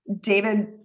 David